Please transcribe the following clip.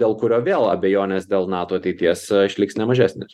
dėl kurio vėl abejonės dėl nato ateities išliks ne mažesnės